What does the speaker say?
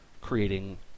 creating